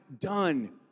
done